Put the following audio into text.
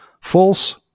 false